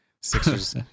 Sixers